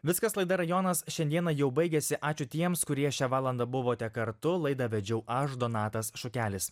viskas laida rajonas šiandieną jau baigiasi ačiū tiems kurie šią valandą buvote kartu laidą vedžiau aš donatas šukelis